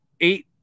eight